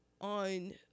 on